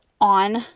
on